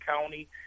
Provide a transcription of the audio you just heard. County